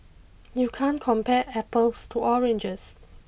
you can't compare apples to oranges